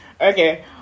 Okay